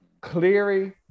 Cleary